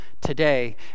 today